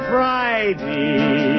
Friday